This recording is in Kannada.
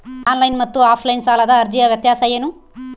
ಆನ್ಲೈನ್ ಮತ್ತು ಆಫ್ಲೈನ್ ಸಾಲದ ಅರ್ಜಿಯ ವ್ಯತ್ಯಾಸ ಏನು?